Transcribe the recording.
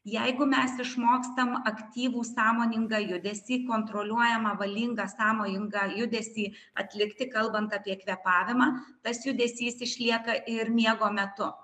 jeigu mes išmokstam aktyvų sąmoningą judesį kontroliuojamą valingą sąmojingą judesį atlikti kalbant apie kvėpavimą tas judesys išlieka ir miego metu